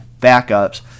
backups